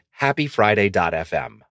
happyfriday.fm